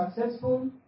successful